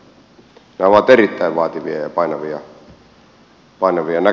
ne ovat erittäin vaativia ja painavia näkökantoja